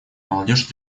молодежь